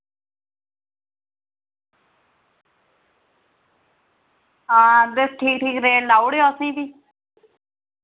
हां ते ठीक ठीक रेट लाउड़ेओ असें फ्ही